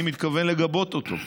אני מתכוון לגבות אותו.